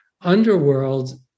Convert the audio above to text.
underworld